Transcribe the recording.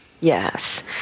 Yes